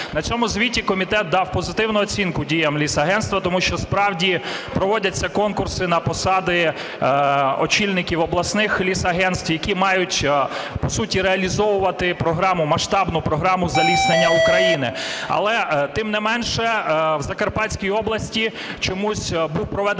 на цьому звіті комітет дав позитивну оцінку діям лісагенства, тому що, справді, проводяться конкурси на посади очільників обласних лісагентств, які мають по суті реалізовувати програму, масштабну програму заліснення України. Але, тим не менше, в Закарпатській області чомусь був проведений